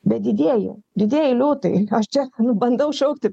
bet didieji didieji liūtai aš čia bandau šaukti